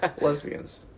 Lesbians